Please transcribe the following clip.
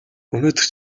өнөөдөр